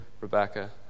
Rebecca